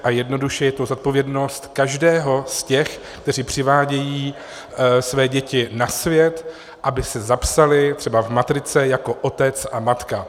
A jednoduše je to zodpovědnost každého z těch, kteří přivádějí své děti na svět, aby se zapsali třeba v matrice jako otec a matka.